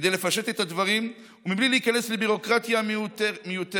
כדי לפשט את הדברים ובלי להיכנס לביורוקרטיה מיותרת,